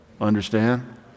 Understand